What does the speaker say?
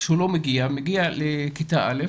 כשהוא לא מגיע, מגיע לכיתה א',